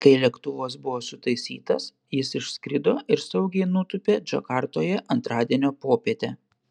kai lėktuvas buvo sutaisytas jis išskrido ir saugiai nutūpė džakartoje antradienio popietę